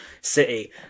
City